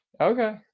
Okay